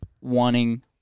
wanting